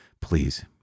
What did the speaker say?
please